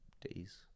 Days